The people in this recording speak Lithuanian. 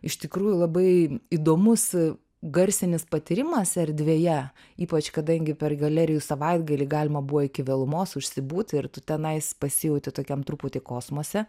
iš tikrųjų labai įdomus garsinis patyrimas erdvėje ypač kadangi per galerijų savaitgalį galima buvo iki vėlumos užsibūti ir tu tenai pasijauti tokiam truputį kosmose